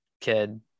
kid